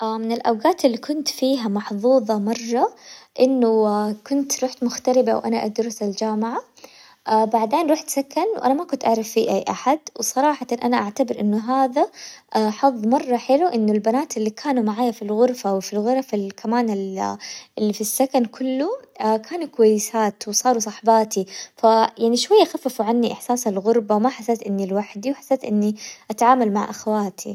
من الأوقات اللي كنت فيها محظوظة مرة إنه كنت روحت مغتربة وأنا أدرس الجامعة، بعدين روحت سكن وأنا ما كنت أعرف فيه أي أحد وصراحةً أنا أعتبر إنه هذا حظ مرة حلو إنه البنات اللي كانوا معايا في الغرفة وفي الغرف اللي كمان ال- اللي في السكن كله كانوا كويسات وصاروا صحباتي، فيعني شوية خففوا عني إحساس الغربة، ما حسيت إني لوحدي وحسيت إني أتعامل مع إخواتي.